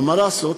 אבל מה לעשות,